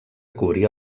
cobria